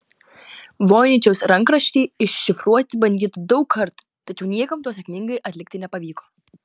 voiničiaus rankraštį iššifruoti bandyta daug kartų tačiau niekam to sėkmingai atlikti nepavyko